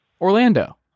Orlando